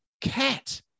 CAT